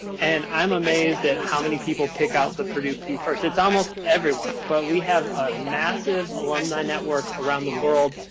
and i'm amazed at how many people pick out the purdue p first. it's almost everyone. but we have a massive alumni network around the world.